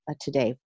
today